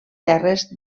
terres